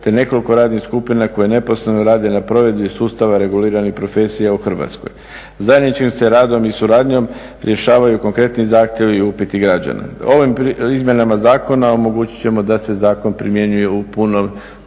te nekoliko radnih skupina koje neposredno rade na provedbi sustava regulirane profesije u Hrvatskoj. Zajedničkim se radom i suradnjom rješavaju konkretni zahtjevi i upiti građana. Ovim izmjenama zakona omogućit ćemo da se zakon primjenjuje u punoj